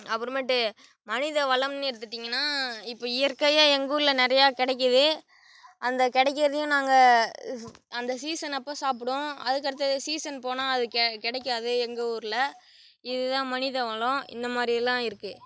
அப்புறமேட்டு மனித வளம்னு எடுத்துட்டீங்கன்னா இப்போ இயற்கையாக எங்கூரில் நிறையாக் கிடைக்குது அந்த கிடைக்கிறதையும் நாங்கள் அந்த சீசன் அப்போ சாப்பிடுவோம் அதற்கடுத்தது சீசன் போனால் அது கெ கிடைக்காது எங்கள் ஊரில் இதுதான் மனித வளம் இந்த மாதிரி எல்லாம் இருக்கு